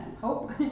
hope